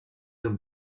him